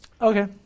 Okay